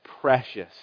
precious